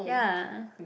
ya